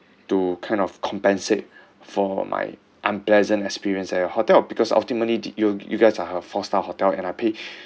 to kind of compensate for my unpleasant experience at your hotel because ultimately did you you guys are a four star hotel and I paid